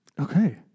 Okay